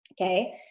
Okay